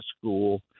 school